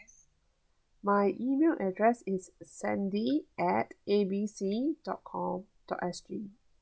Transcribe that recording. my E-mail address is sandy at A B C dot com dot S V